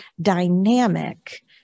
dynamic